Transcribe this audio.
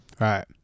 Right